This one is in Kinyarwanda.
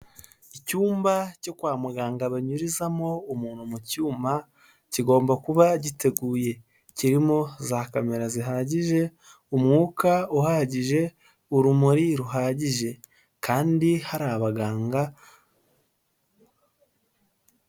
Icyumba cyo kwa muganga banyurizamo umuntu mu cyuma, kigomba kuba giteguye kirimo za kamera zihagije, umwuka uhagije, urumuri ruhagije, kandi hari abaganga.